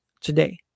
today